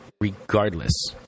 regardless